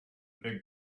big